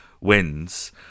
wins